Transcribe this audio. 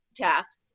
tasks